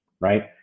right